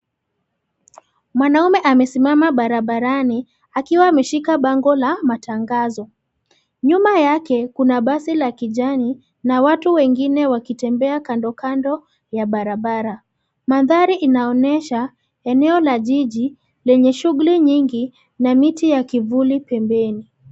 Mwanaume amesimama barabarani, akiwa ameshika bango la matangazo. Nyuma yake, kuna basi la kijani, na watu wengine wakitembea kando kando, ya barabara. Mandhari inaonyesha, eneo la jiji, lenye shughuli nyingi, na miti ya kivuli pembeni.